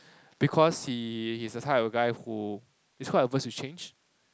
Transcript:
because he he's the type of guy who who is quite averse to change